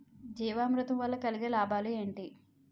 జీవామృతం వల్ల కలిగే లాభాలు ఏంటి?